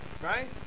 right